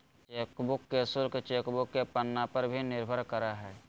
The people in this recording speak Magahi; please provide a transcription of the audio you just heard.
चेकबुक के शुल्क चेकबुक के पन्ना पर भी निर्भर करा हइ